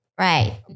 Right